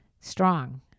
Strong